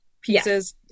pieces